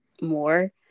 more